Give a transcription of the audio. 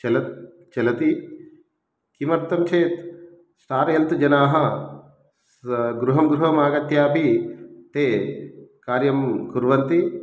चलत् चलति किमर्थं चेत् स्टार् एल्त् जनाः गृहं गृहम् आगत्यापि ते कार्यं कुर्वन्ति